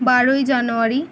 বারোই জানুয়ারি